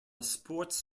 sports